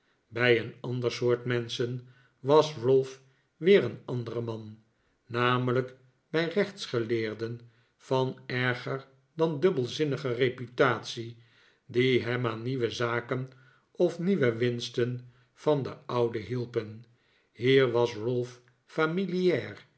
bij een ander soort menschen was ralph weer een andere man namelijk bij rechtsgeleerden van erger dan dubbelzinnige reputatie die hem aan nieuwe zaken of nieuwe winsten van de oude hielpen hier was